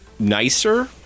nicer